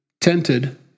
tented